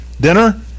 dinner